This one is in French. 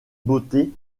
beauté